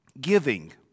giving